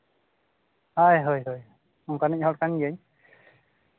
ᱦᱳᱭ ᱦᱳᱭ ᱚᱱᱠᱟᱱᱤᱡ ᱦᱚᱲ ᱠᱟᱱ ᱜᱤᱭᱟᱹᱧ